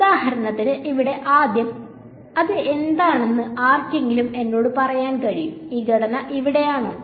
ഉദാഹരണത്തിന് ഇവിടെ ആദ്യം ഇത് എന്താണെന്ന് ആർക്കെങ്കിലും എന്നോട് പറയാൻ കഴിയും ഈ ഘടന ഇവിടെയാണോ